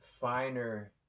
finer